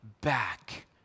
back